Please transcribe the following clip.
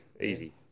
Easy